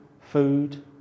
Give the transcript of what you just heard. food